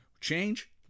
Change